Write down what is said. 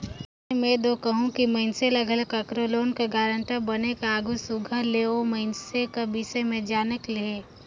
अइसे में में दो कहूं कि मइनसे ल घलो काकरो लोन कर गारंटर बने कर आघु सुग्घर ले ओ मइनसे कर बिसे में जाएन लेहे